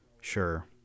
Sure